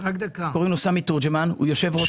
סמי תורג'מן הוא יושב-ראש חברת נגה.